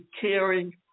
caring